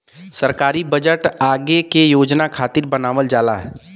सरकारी बजट आगे के योजना खातिर बनावल जाला